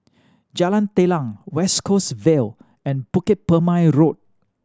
Jalan Telang West Coast Vale and Bukit Purmei Road